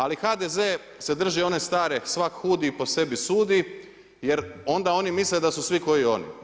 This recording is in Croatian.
Ali HDZ se drži one stare „Svak hudi i po sebi sudi“ jer onda oni misle da su svi kao i oni.